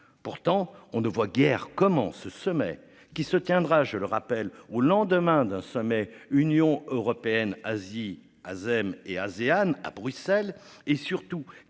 Pourtant, on ne voit guère comment ce sommet qui se tiendra je le rappelle au lendemain d'un sommet Union européenne-Asie Hazem et Asean à Bruxelles et surtout